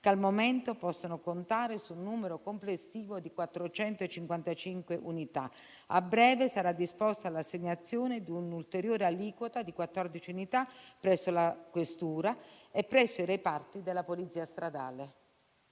che al momento possono contare su un numero complessivo di 455 unità. A breve sarà disposta l'assegnazione di un'ulteriore aliquota di 14 unità presso la questura e presso i reparti della Polizia stradale.